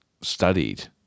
studied